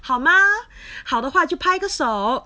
好吗好的话就拍个手